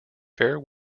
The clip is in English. fare